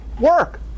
work